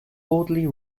audley